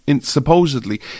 supposedly